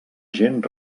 gent